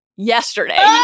Yesterday